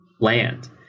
land